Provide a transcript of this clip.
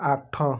ଆଠ